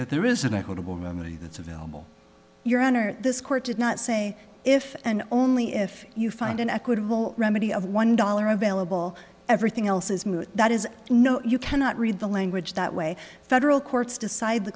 that there is an equitable remedy that's available your honor this court did not say if and only if you find an equitable remedy of one dollar available everything else is moot that is no you cannot read the language that way federal courts decide the